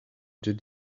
did